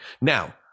now